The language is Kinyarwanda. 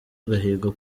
agahigo